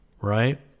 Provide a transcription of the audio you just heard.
right